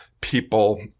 people